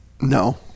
No